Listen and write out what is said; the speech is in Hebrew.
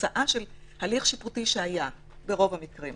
תוצאה של הליך שיפוטי שהיה ברוב המקרים.